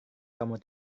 kamu